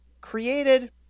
created